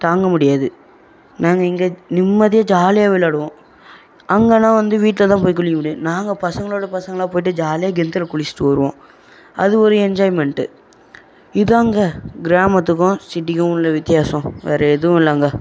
தாங்க முடியாது நாங்கள் இங்கே நிம்மதியாக ஜாலியாக விளாடுவோம் அங்கனா வந்து வீட்ல தான் போய் குளிக்க முடியும் நாங்கள் பசங்களோட பசங்களாக போய்விட்டு ஜாலியாக கிணத்துல குளிச்சிவிட்டு வருவோம் அது ஒரு என்ஜாய்மெண்ட்டு இதாங்க கிராமத்துக்கும் சிட்டிக்கும் உள்ள வித்தியாசம் வேறு எதுவும் இல்லைங்க